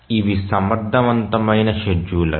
ఇవి సమర్థవంతమైన షెడ్యూలర్